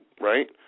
right